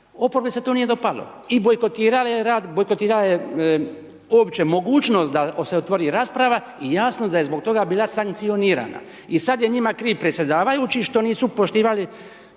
oporbi se to nije dopalo i bojkotirala je uopće mogućnost da se otvori rasprava i jasno da je zbog toga bila sankcionirana. I sada je njima kriv predsjedavajući što nisu poštivali